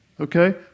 Okay